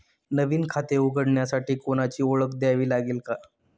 नवीन खाते उघडण्यासाठी कोणाची ओळख द्यावी लागेल का?